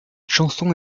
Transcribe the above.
chanson